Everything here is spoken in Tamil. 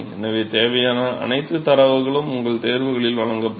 எனவே தேவையான அனைத்து தரவுகளும் உங்கள் தேர்வுகளில் வழங்கப்படும்